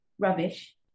Rubbish